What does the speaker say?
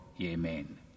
amen